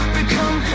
become